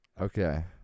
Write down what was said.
Okay